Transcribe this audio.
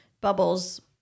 bubbles